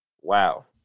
wow